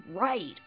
right